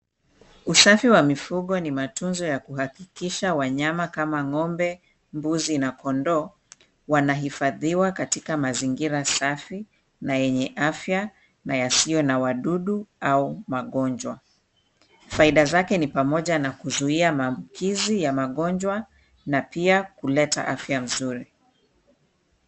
Usafi wa mifugo ni matunzo ya kuhakikisha wanyama kama ng'ombe, nguzi, na kondoo wanahifadhiwa katika mazingira safi na yenye afya na yasiyo na wadudu au magonjwa. Faida zake ni pamoja na kuzuia maambukizi ya magonjwa, na pia kuleta afya mzuri.